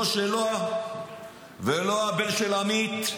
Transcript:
לא שלה, ולא הבן של עמית,